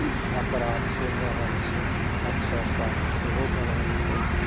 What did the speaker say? अपराध से बढ़ल छै अफसरसाही सेहो बढ़ल छै